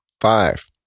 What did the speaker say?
Five